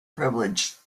privilege